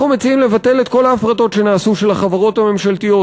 אנחנו מציעים לבטל את כל ההפרטות שנעשו של החברות הממשלתיות,